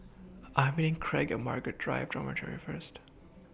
I Am meeting Craig At Margaret Drive Dormitory First